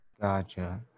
gotcha